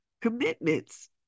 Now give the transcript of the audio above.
commitments